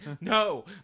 no